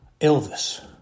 Elvis